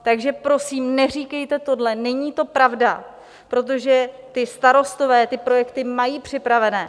Takže prosím neříkejte tohle, není to pravda, protože ti starostové ty projekty mají připravené.